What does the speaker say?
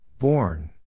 Born